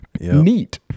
Neat